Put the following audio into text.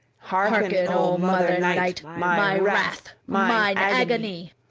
hearken, o mother night, my wrath, mine agony!